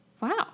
Wow